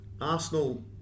Arsenal